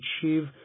achieve